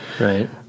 Right